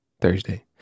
Thursday